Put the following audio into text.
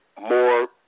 more